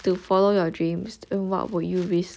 to follow your dreams what would you risk